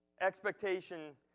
expectation